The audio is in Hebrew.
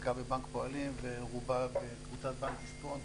חלקה בבנק פועלים ורובה בקבוצת בנק דיסקונט,